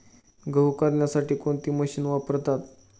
गहू करण्यासाठी कोणती मशीन वापरतात?